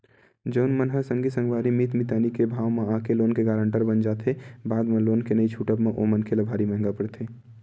जउन मन ह संगी संगवारी मीत मितानी के भाव म आके लोन के गारेंटर बन जाथे बाद म लोन के नइ छूटब म ओ मनखे ल भारी महंगा पड़थे